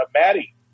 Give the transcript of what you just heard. Maddie